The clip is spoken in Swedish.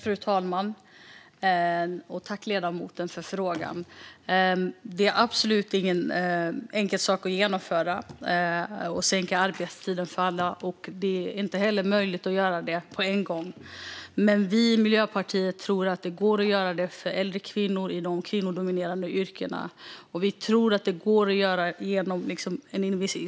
Fru talman! Jag tackar ledamoten för frågan. Att sänka arbetstiden för alla är absolut ingen enkel sak att genomföra. Det är heller inte möjligt att göra det på en gång. Men vi i Miljöpartiet tror att det går att göra för äldre kvinnor inom kvinnodominerade yrken, och vi tror att det går att göra genom investeringar.